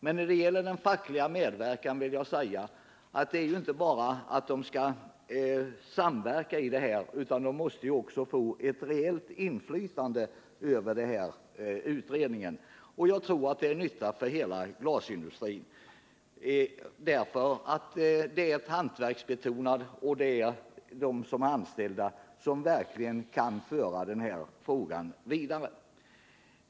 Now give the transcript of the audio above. Men när det gäller den fackliga medverkan vill jag säga att det är ju inte bara så att de fackliga organisationerna skall samverka här, utan de måste också få ett reellt inflytande över utredningen. Jag tror det är till nytta för hela glasindustrin, därför att den är hantverksbetonad och det är de anställda som verkligen kan föra frågan vidare.